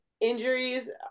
injuries